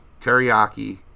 teriyaki